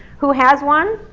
who has one?